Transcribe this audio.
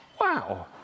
wow